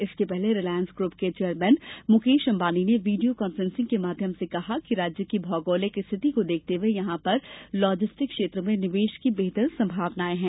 इसके पहले Reliance group के चेयरमेन मुकेश अंबानी ने वीडियो कान्फ्रेसिंग के माध्यम से कहा कि राज्य की भौगोलिक स्थिति को देखते हुए यहां पर लाजिस्टिक क्षेत्र में निवेश की बेहतर संभावनाएं है